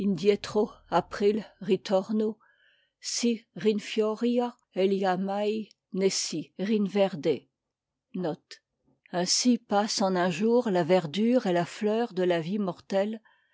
ri si ainsi passe en un jour la verdure et la fleur de la vie mortelle